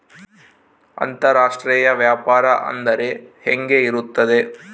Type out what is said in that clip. ಅಂತರಾಷ್ಟ್ರೇಯ ವ್ಯಾಪಾರ ಅಂದರೆ ಹೆಂಗೆ ಇರುತ್ತದೆ?